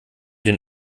den